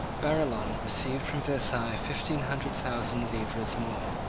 barillon received from versailles fifteen hundred thousand livres more.